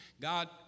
God